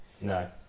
No